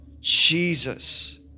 Jesus